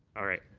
all right.